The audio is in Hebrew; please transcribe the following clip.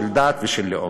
של דת ושל לאום.